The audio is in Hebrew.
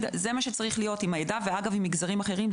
זה מה שצריך להיות עם העדה וגם עם מגזרים אחרים.